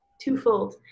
twofold